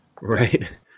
right